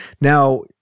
Now